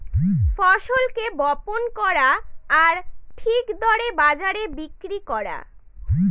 ফসলকে বপন করা আর ঠিক দরে বাজারে বিক্রি করা